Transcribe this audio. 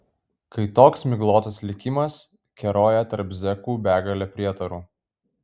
kai toks miglotas likimas keroja tarp zekų begalė prietarų